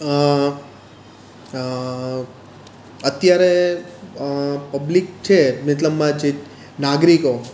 અત્યારે પબ્લિક છે મતલબમાં જે નાગરિકો